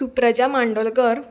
Supraja Mandolkar